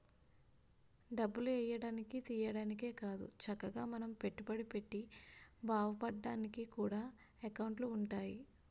డబ్బులు ఎయ్యడానికి, తియ్యడానికే కాదు చక్కగా మనం పెట్టుబడి పెట్టి బావుపడ్డానికి కూడా ఎకౌంటులు ఉంటాయి